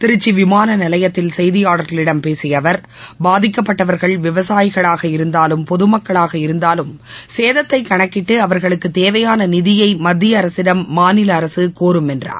திருச்சி விமாள நிலையத்தில் செய்தியாளர்களிடம் பேசிய அவர் பாதிக்கப்பட்டவர்கள் விவசாயிகளாக இருந்தாலும் பொது மக்களாக இருந்தாலும் சேதத்தை கணக்கிட்டு அவர்களுக்கு தேவையான நிதியை மத்திய அரசிடம் மாநில அரசு கோரும் என்றார்